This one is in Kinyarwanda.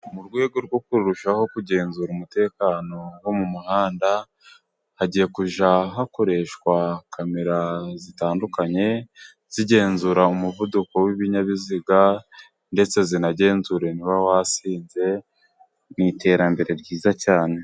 Murwego rwo kurushaho kugenzura umutekano wo mu muhanda, hagiye kujya hakoreshwa kamera zitandukanye, zigenzura umuvuduko w'ibinyabiziga ndetse zinagenzure niba wasinze mu iterambere ryiza cyane.